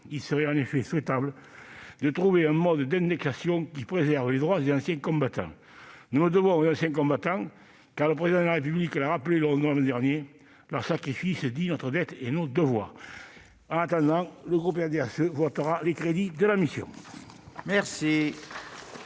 Il serait en effet souhaitable de trouver un mode d'indexation qui préserve les droits des anciens combattants. Nous le leur devons, car, comme le Président de la République l'a rappelé le 11 novembre dernier, « leur sacrifice dit notre dette et nos devoirs ». En attendant, le groupe RDSE votera les crédits de cette mission. La